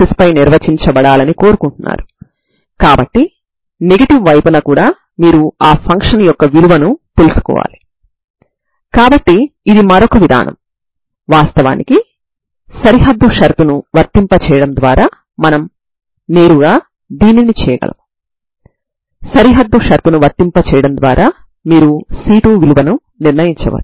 Tnఅవుతుంది కాబట్టి n యొక్క ప్రతి విలువకు మీరు ఈ Xn మరియు Tnలను కనుగొంటారు తద్వారా మీరు పరిష్కారాన్ని కనుగొంటారు